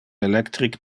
electric